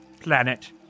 planet